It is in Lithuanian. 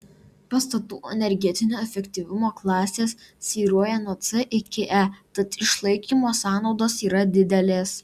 pastatų energetinio efektyvumo klasės svyruoja nuo c iki e tad išlaikymo sąnaudos yra didelės